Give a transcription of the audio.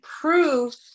prove